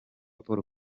paul